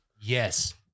yes